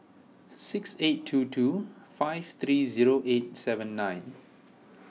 six eight two two five three zero eight seven nine